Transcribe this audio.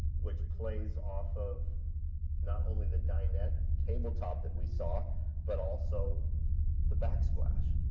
which plays off of not only the dinette tabletop that we saw but also the backsplash.